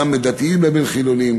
גם בין דתיים לבין חילונים,